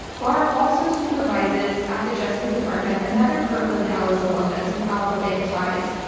barr also supervises at the justice department another kirkland and ellis alumnus with alfa bank ties.